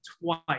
twice